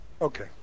Okay